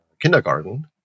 kindergarten